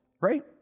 right